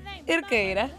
ir kaire